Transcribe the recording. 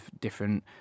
different